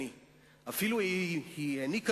היושב-ראש,